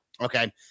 Okay